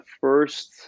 first